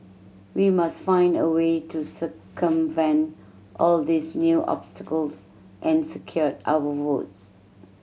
we must find a way to circumvent all these new obstacles and secure our votes